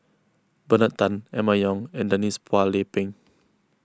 Bernard Tan Emma Yong and Denise Phua Lay Peng